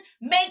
make